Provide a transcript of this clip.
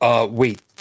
Wait